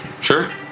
Sure